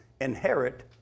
inherit